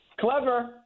Clever